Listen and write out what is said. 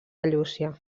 llúcia